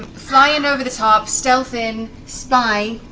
fly in over the top. stealth in, spy,